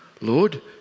Lord